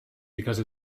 because